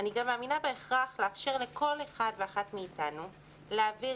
אני גם מאמינה בהכרח לאפשר לכל אחד ואחת מאיתנו להעביר